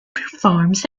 performs